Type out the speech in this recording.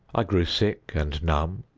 i grew sick, and numb,